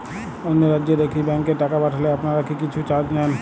অন্য রাজ্যের একি ব্যাংক এ টাকা পাঠালে আপনারা কী কিছু চার্জ নেন?